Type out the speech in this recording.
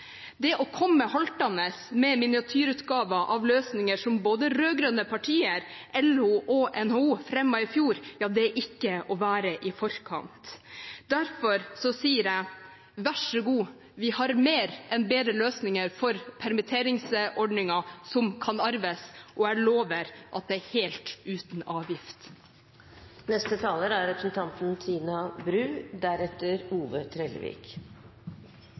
Det å komme haltende med miniatyrutgaver av løsninger som både rød-grønne partier, LO og NHO fremmet i fjor, er ikke å være i forkant. Derfor sier jeg: Vær så god, vi har mer enn bedre løsninger for permitteringsordninger som kan arves, og jeg lover at det er helt uten